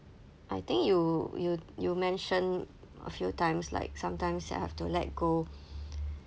I think you you you mentioned a few times like sometimes that I have to let go